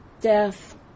Death